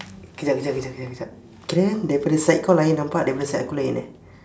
kejap kejap kejap kejap kejap kirakan daripada side kau lain nampak daripada side aku lain eh